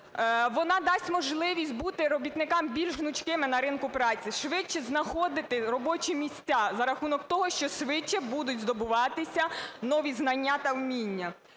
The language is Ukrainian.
Вона дасть можливість бути робітникам більш гнучкими на ринку праці, швидше знаходити робочі місця за рахунок того, що швидше будуть здобуватися нові знання та вміння.